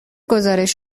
گزارش